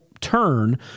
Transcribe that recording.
turn